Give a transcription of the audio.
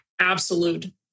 absolute